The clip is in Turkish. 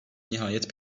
nihayet